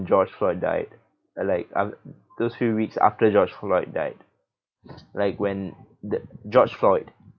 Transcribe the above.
george floyd died like I those few weeks after george floyd died like when the george floyd